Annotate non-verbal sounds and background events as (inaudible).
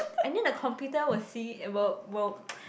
and then the computer will see it will will (noise)